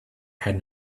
had